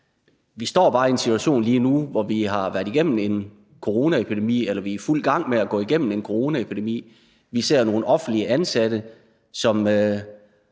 Vi står bare i en situation lige nu, hvor vi har været igennem en coronaepidemi – eller vi er i fuld gang med at gå igennem en coronaepidemi – og vi ser nogle offentligt ansatte, som